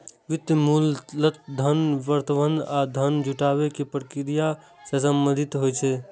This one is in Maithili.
वित्त मूलतः धन प्रबंधन आ धन जुटाबै के प्रक्रिया सं संबंधित होइ छै